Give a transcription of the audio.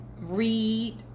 read